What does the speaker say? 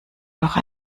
noch